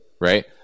right